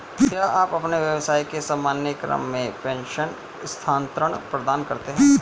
क्या आप अपने व्यवसाय के सामान्य क्रम में प्रेषण स्थानान्तरण प्रदान करते हैं?